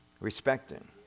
respecting